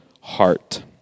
heart